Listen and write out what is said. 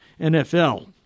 NFL